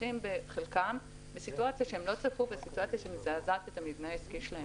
נמצאים בחלקם בסיטואציה שהם לא צפו שמזעזעת את המבנה העסקי שלהם,